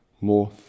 more